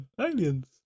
aliens